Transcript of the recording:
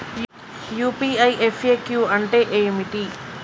UPI FAQ అంటే ఏమిటి?